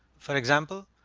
for example.